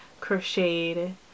crocheted